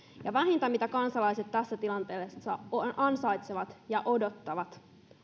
vähintä mitä kansalaiset tässä tilanteessa ansaitsevat ja odottavat